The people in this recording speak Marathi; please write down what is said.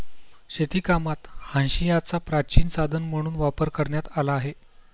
शेतीकामात हांशियाचा प्राचीन साधन म्हणून वापर करण्यात आला आहे